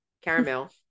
Caramel